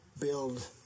build